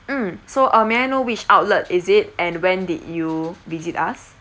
mm so uh may I know which outlet is it and when did you visit us